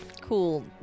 Cool